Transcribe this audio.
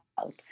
out